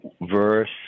verse